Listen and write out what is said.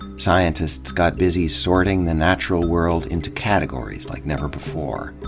scientists got busy sorting the natural world into categories like never before.